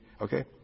okay